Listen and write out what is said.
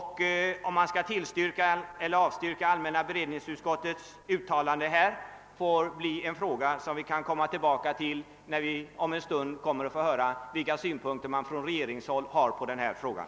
Huruvida vi skall tillstyrka eller avstyrka allmänna beredningsutskottets utlåtande är en fråga som vi kan komma tillbaka till när vi om en stund har fått höra vilka synpunkter regeringen har på frågan.